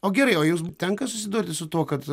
o gerai o jūs tenka susidurti su tuo kad